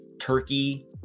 Turkey